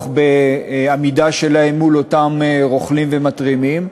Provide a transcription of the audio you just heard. בעמידה שלהם מול אותם רוכלים ומתרימים,